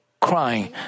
crying